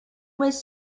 was